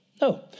No